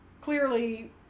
clearly